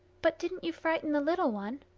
but didn't you frighten the little one?